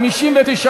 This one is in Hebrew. פיתוח תיירות,